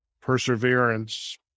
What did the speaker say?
perseverance